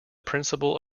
principle